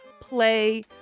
play